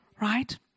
right